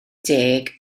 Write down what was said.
deg